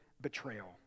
Betrayal